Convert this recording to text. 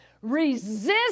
Resist